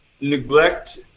neglect